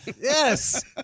Yes